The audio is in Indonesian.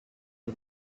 ini